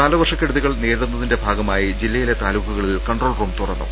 കാലവർഷക്കെടുതികൾ നേരിടുന്നതിന്റെ ഭാഗ മായി ജില്ലയിലെ താലൂക്കുകളിൽ കൺട്രോൾ റൂം തുറന്നു